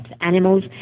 animals